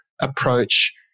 approach